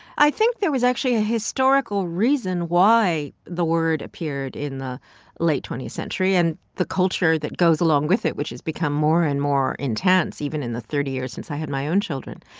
i think there was actually a historical reason why the word appeared in the late twentieth century and the culture that goes along with it, which has become more and more intense, even in the thirty years since i had my own children.